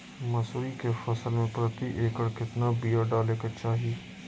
मसूरी के फसल में प्रति एकड़ केतना बिया डाले के चाही?